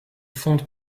fonde